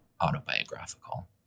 autobiographical